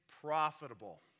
profitable